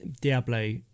Diablo